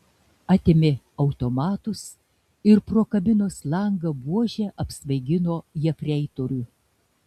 atėmė automatus ir pro kabinos langą buože apsvaigino jefreitorių